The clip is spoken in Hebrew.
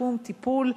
שיקום וטיפול,